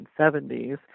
1970s